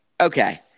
Okay